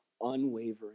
unwavering